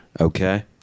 Okay